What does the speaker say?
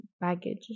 baggage